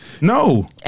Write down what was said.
No